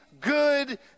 good